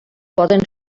poden